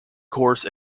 coarse